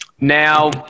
Now